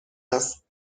است